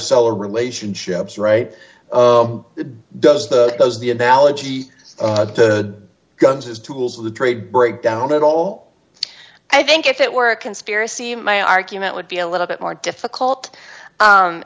seller relationships right does the does the analogy of the guns as tools of the trade break down at all i think if it were a conspiracy my argument would be a little bit more difficult